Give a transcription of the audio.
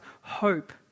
hope